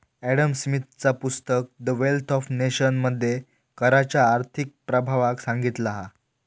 Adam स्मिथचा पुस्तक the wealth of nation मध्ये कराच्या आर्थिक प्रभावाक सांगितला हा